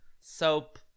soap